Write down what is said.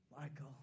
Michael